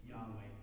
Yahweh